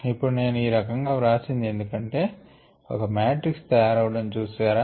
ఇప్పుడు నేను ఈ రకంగా వ్రాసింది ఎందుకంటే ఒక మాట్రిక్స్ తయారవడం చూసారా